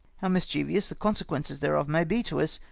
how mischievous the consequences thereof may be to us,